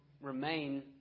remain